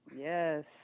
Yes